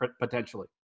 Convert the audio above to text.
potentially